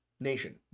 nation